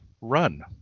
run